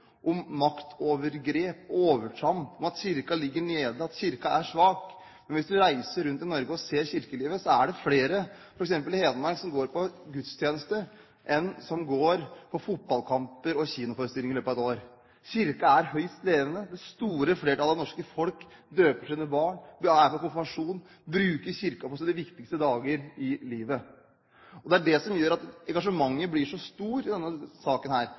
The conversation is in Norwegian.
om maktovergrep, overtramp, om at Kirken ligger nede, og at Kirken er svak. Men hvis du reiser rundt i Norge og ser kirkelivet, er det f.eks. flere i Hedmark som går til gudstjeneste enn som går på fotballkamper og kinoforestillinger i løpet av ett år. Kirken er høyst levende. Det store flertallet av det norske folk døper sine barn, er med på konfirmasjon og bruker Kirken på sine viktigste dager i livet. Det er det som gjør at engasjementet blir så stort i denne saken.